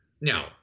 Now